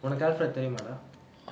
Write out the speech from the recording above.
உனக்கு:unakku alfred தெரியுமாடா:theriyumaadaa